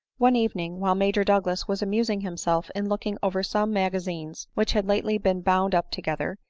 one evening, while major douglas was amusing him self in looking over some magazines which had lately been bound up together,